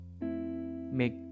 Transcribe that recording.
make